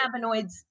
cannabinoids